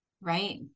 Right